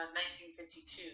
1952